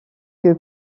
que